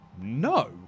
no